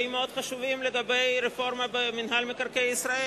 מאוד חשובים לגבי רפורמה במינהל מקרקעי ישראל.